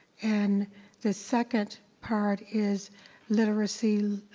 and the second part is literacy.